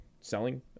selling